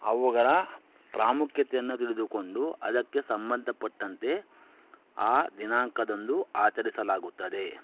ಅವುಗಳ ಪ್ರಾಮುಖ್ಯತೆಯನ್ನು ತಿಳಿದುಕೊಂಡು ಅದಕ್ಕೆ ಸಂಬಂಧಪಟ್ಟಂತೆ ಆ ದಿನಾಂಕದಂದು ಆಚರಿಸಲಾಗುತ್ತದೆ